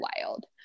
wild